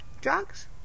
Drugs